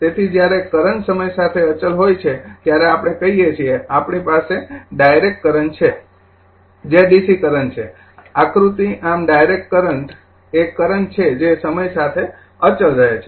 તેથી જ્યારે કરંટ સમય સાથે અચલ હોય છે ત્યારે આપણે કહીએ છીએ કે આપણી પાસે ડાયરેક્ટ કરંટ છે જે ડીસી કરંટ છે આકૃતિ આમ ડાયરેક્ટ કરંટ એ કરંટ છે જે સમય સાથે અચલ રહે છે